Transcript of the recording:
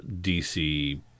DC